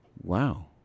Wow